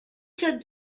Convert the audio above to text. club